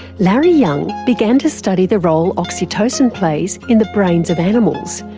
larry young began to study the role oxytocin plays in the brains of animals,